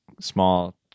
small